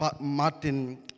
Martin